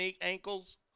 ankles